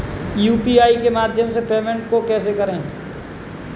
UPI के माध्यम से पेमेंट को कैसे करें?